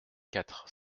quatre